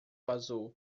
azul